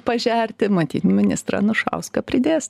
pažerti matyt ministrą anušauską pridės